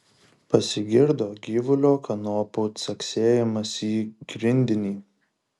pasigirdo gyvulio kanopų caksėjimas į grindinį